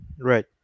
Right